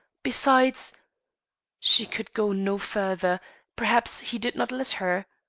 besides she could go no further perhaps he did not let her.